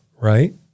right